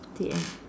the end